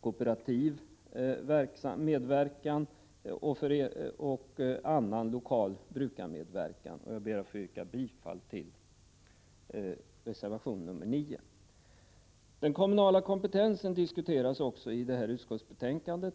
kooperativ medverkan och annan lokal brukarmedverkan. Jag ber att få yrka bifall till reservation 9. Den kommunala kompetensen diskuteras också i detta utskottsbetänkande.